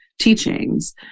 teachings